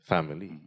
Family